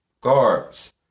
guards